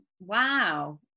wow